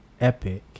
epic